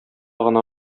гына